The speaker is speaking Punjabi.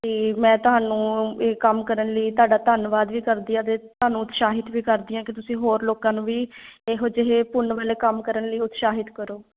ਅਤੇ ਮੈਂ ਤੁਹਾਨੂੰ ਇਹ ਕੰਮ ਕਰਨ ਲਈ ਤੁਹਾਡਾ ਧੰਨਵਾਦ ਵੀ ਕਰਦੀ ਹਾਂ ਅਤੇ ਤੁਹਾਨੂੰ ਉਤਸ਼ਾਹਿਤ ਵੀ ਕਰਦੀ ਹਾਂ ਕਿ ਤੁਸੀਂ ਹੋਰ ਲੋਕਾਂ ਨੂੰ ਵੀ ਇਹੋ ਜਿਹੇ ਪੁੰਨ ਵਾਲੇ ਕੰਮ ਕਰਨ ਲਈ ਉਤਸ਼ਾਹਿਤ ਕਰੋ